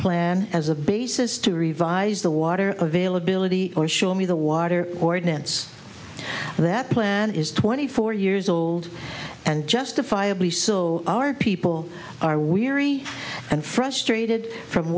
plan as a basis to revise the water availability or show me the water ordinance that plan is twenty four years old and justifiably so our people are weary and frustrated from